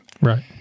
Right